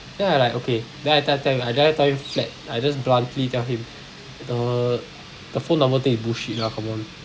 then I like okay then I tell tell you I direct tell you flat I just bluntly tell him the the phone number thing is bullshit ah confirm